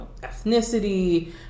ethnicity